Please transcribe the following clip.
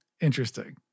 Interesting